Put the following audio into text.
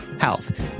health